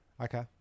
Okay